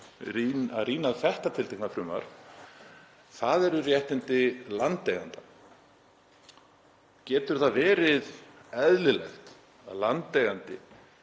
að rýna þetta tiltekna frumvarp, eru réttindi landeiganda. Getur það verið eðlilegt að landeigandi